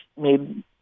made